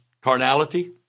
carnality